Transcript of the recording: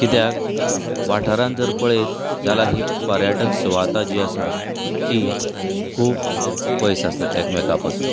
किद्याक वाठारांत जर पळयत जाल्या हीं पर्यटक सुवाता जीं आसा तीं खूब पयस आसा एकमेका पासून